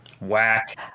Whack